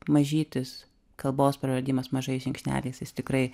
mažytis kalbos praradimas mažais žingsneliais jis tikrai